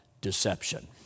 deception